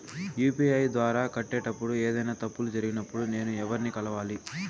UPI ద్వారా కట్టేటప్పుడు ఏదైనా తప్పులు జరిగినప్పుడు నేను ఎవర్ని కలవాలి?